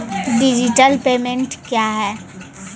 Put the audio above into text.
Digital payment क्या हैं?